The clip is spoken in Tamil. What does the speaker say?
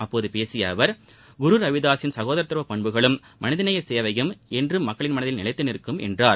அப்போது பேசிய அவர் குரு ரவிதாஸுன் சகோதரத்துவ பண்புகளும் மனிதநேய சேவையும் என்றும் மக்களின மனதில் நிலைத்து நிற்கும் என்றார்